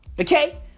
Okay